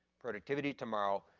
productivity tomorrow,